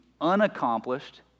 unaccomplished